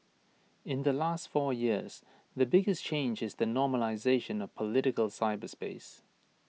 in the last four years the biggest change is the normalisation of political cyberspace